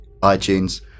iTunes